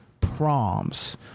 proms